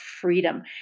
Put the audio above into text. freedom